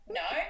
no